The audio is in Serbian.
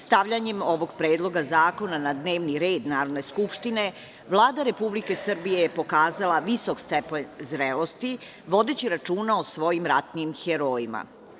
Stavljanjem ovog predloga zakona na dnevni red Narodne skupštine, Vlada Republike Srbije je pokazala visok stepen zrelosti, vodeći računa o svojim ratnim herojima.